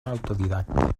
autodidacta